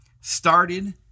started